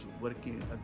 working